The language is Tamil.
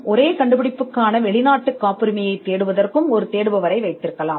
அதே கண்டுபிடிப்புக்கான வெளிநாட்டு காப்புரிமையைப் பார்க்கும் மற்றொரு பகுதியையும் நீங்கள் காணலாம்